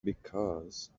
because